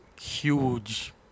huge